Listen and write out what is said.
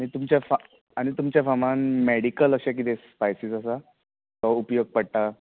तुमच्या फा आनी तुमच्या फामान मॅडिकल अशें कितें स्पायसीस आसा वा उपयोग पडटा